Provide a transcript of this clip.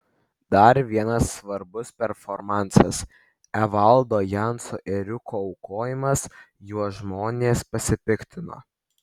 dar vienas svarbus performansas evaldo janso ėriuko aukojimas juo žmonės pasipiktino